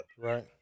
Right